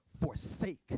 forsake